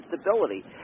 stability